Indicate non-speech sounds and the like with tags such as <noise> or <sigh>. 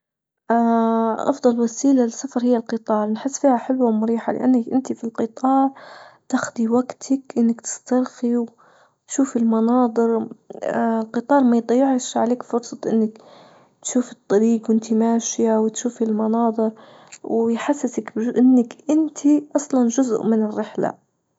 اه أفضل وسيلة للسفر هي القطار نحس فيها حلوة ومريحة لأنك أنت في القطار تاخدي وقتك أنك تسترخي وتشوفي المناظر <hesitation> القطار ما يضيعش عليك فرصة أنك تشوفي الطريج وأنت ماشية وتشوفي المناظر ويحسسك بج بأنك أنت أصلا جزء من الرحلة.